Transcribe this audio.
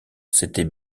s’était